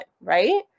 right